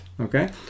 okay